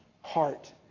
heart